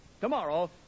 Tomorrow